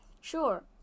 Sure